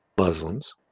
Muslims